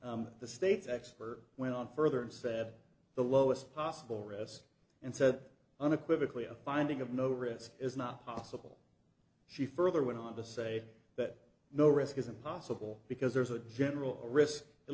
the state's expert went on further and said the lowest possible risk and said unequivocally a finding of no risk is not possible she further went on to say that no risk isn't possible because there's a general risk at